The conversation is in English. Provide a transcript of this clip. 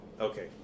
Okay